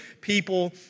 people